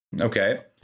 Okay